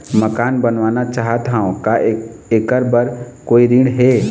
मकान बनवाना चाहत हाव, का ऐकर बर कोई ऋण हे?